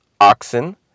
oxen